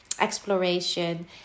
exploration